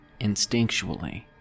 instinctually